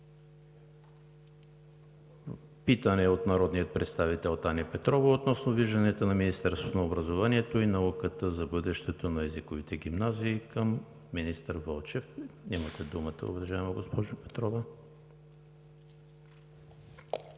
Питане от народния представител Таня Петрова относно вижданията на Министерството на образованието и науката за бъдещето на езиковите гимназии към министър Вълчев. Имате думата, уважаема госпожо Петрова.